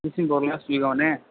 December last उइकआव ने